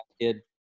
kid